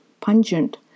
pungent